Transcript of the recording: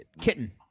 kitten